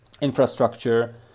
infrastructure